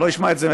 שלא ישמע את זה,